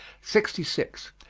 sixty six.